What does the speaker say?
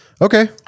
Okay